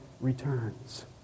returns